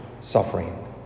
suffering